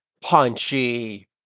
punchy